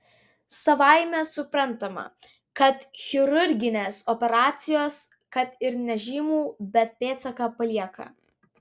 savaime suprantama kad chirurginės operacijos kad ir nežymų bet pėdsaką palieka